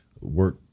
work